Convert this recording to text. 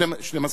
12 חודשים.